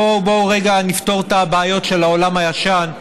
בואו רגע נפתור את הבעיות של העולם הישן.